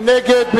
מי נגד?